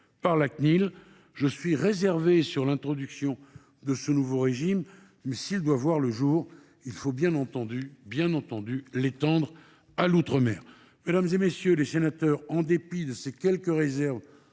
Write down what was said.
(Cnil). Je suis réservé sur l’introduction de ce nouveau régime, mais s’il doit voir le jour, il faut bien entendu l’étendre à l’outre mer. Mesdames, messieurs les sénateurs, en dépit de ces quelques réserves,